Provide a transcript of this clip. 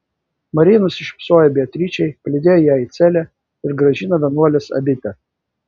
marija nusišypsojo beatričei palydėjo ją į celę ir grąžino vienuolės abitą